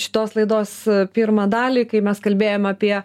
šitos laidos pirmą dalį kai mes kalbėjom apie